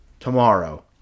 tomorrow